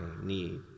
need